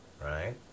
Right